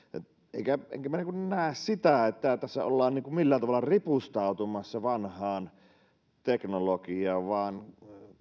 enkä enkä minä näe että tässä ollaan millään tavalla ripustautumassa vanhaan teknologiaan vaan